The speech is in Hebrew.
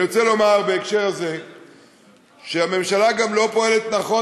אני רוצה לומר בהקשר הזה שהממשלה גם לא פועלת נכון,